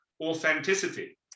authenticity